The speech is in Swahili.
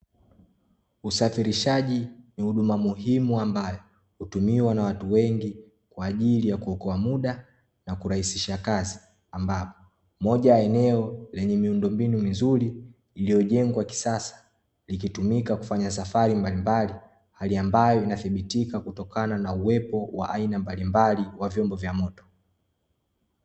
Usafirishaji ni huduma muhimu ambayo hutumiwa na watu wengi kwa ajili ya kuokoa muda na kurahisisha kazi, ambapo moja ya eneo lenye miundombinu mizuri iliyojengwa kisasa likitumika kufanya safari mbalimbali. Hali ambayo inathibitika kutokana na uwepo wa aina mbalimbali wa vyombo vya moto.